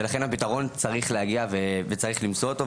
ולכן הפתרון צריך להגיע וצריך למצוא אותו,